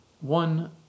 one